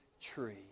tree